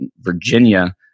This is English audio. Virginia –